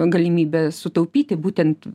galimybė sutaupyti būtent